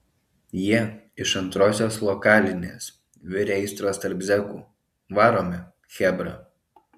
jie iš antrosios lokalinės virė aistros tarp zekų varome chebra